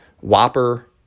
Whopper